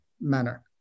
manner